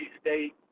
State